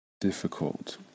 difficult